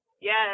Yes